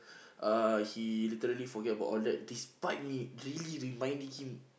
uh he literally forget about all that despite me really reminding him